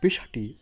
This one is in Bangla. পেশাটি